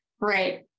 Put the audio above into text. Right